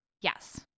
yes